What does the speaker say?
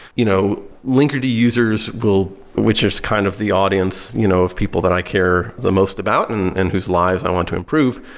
you know linkerd users, which is kind of the audience you know of people that i care the most about and and whose lives i want to improve,